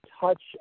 touch